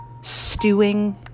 stewing